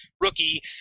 rookie